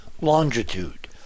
longitude